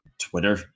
Twitter